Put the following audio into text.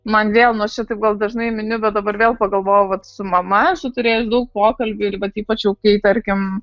man vėl nu aš čia taip gal dažnai miniu bet dabar vėl pagalvojau vat su mama esu turėjus daug pokalbių ir vat ypač jau kai tarkim